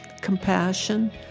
compassion